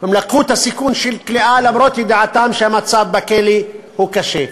הם לקחו את הסיכון של כליאה למרות ידיעתם שהמצב בכלא הוא קשה.